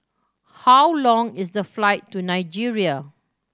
how long is the flight to Nigeria